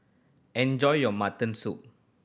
enjoy your mutton soup